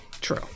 True